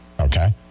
Okay